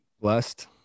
Blessed